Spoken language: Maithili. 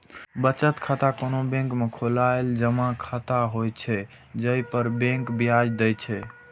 बचत खाता कोनो बैंक में खोलाएल जमा खाता होइ छै, जइ पर बैंक ब्याज दै छै